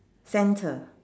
centre